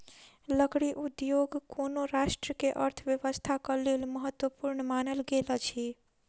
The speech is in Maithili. लकड़ी उद्योग कोनो राष्ट्र के अर्थव्यवस्थाक लेल महत्वपूर्ण मानल गेल अछि